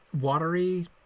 watery